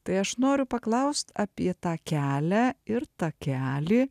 tai aš noriu paklaust apie tą kelią ir takelį